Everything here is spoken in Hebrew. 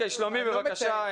שלומי, בבקשה.